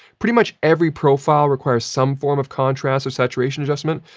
pretty much every profile requires some form of contrast or saturation adjustment,